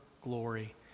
glory